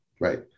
Right